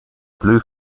blue